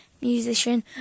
musician